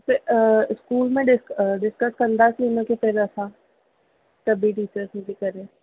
त स्कूल में डिस डिस्कस कंदासीं हुनखे पहिले असां सभी टीचर्स मिली करे